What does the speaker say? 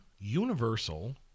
Universal